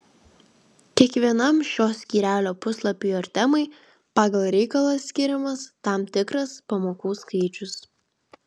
kiekvienam šio skyrelio puslapiui ar temai pagal reikalą skiriamas tam tikras pamokų skaičius